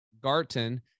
Garton